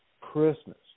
Christmas